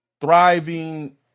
thriving